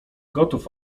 gotów